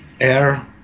air